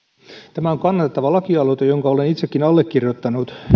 tämä on kannatettava lakialoite jonka olen itsekin allekirjoittanut